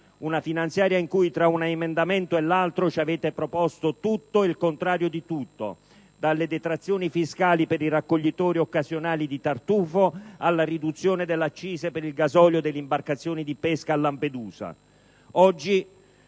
Una finanziaria in cui tra un emendamento e l'altro ci avete proposto tutto e il contrario di tutto: dalle detrazioni fiscali per i raccoglitori occasionali di tartufo alla riduzione delle accise per il gasolio delle imbarcazioni di pesca a Lampedusa.